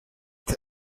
this